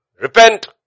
Repent